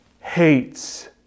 hates